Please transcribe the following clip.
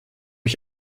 ich